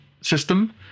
system